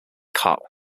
cup